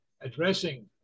addressing